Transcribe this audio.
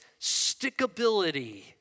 stickability